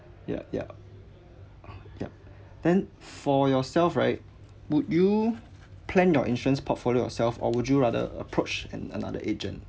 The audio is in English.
yup yup yup then for yourself right would you plan your insurance portfolio yourself or would you rather approach an another agent